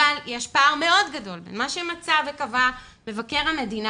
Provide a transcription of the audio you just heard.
אבל יש פער מאוד גדול בין מה שמצא וקבע מבקר המדינה